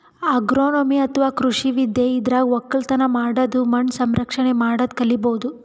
agronomy ಅಥವಾ ಕೃಷಿ ವಿದ್ಯೆ ಇದ್ರಾಗ್ ಒಕ್ಕಲತನ್ ಮಾಡದು ಮಣ್ಣ್ ಸಂರಕ್ಷಣೆ ಮಾಡದು ಕಲಿಬಹುದ್